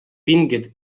pingeid